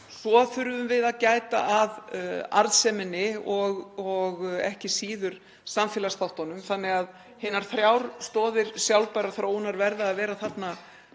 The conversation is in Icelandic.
svo þurfum við að gæta að arðseminni og ekki síður samfélagsþáttum. Hinar þrjár stoðir sjálfbærrar þróunar verða að vera þarna